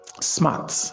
SMART